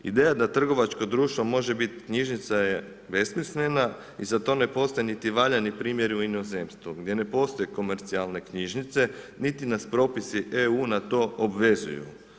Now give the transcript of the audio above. Ideja da trgovačko društvo može biti knjižnica je besmislena i za to ne postoje niti valjani primjer u inozemstvu, gdje ne postoji komercijalne knjižnice, niti nas propisi EU na to obvezuju.